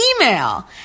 email